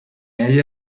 ella